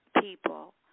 people